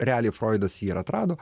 realiai froidas jį ir atrado